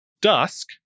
Dusk